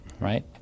right